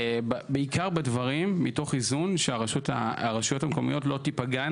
בעיקר בדברים מתוך איזון שהרשויות המקומיות לא תפגענה